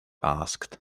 asked